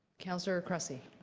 councillor cressy?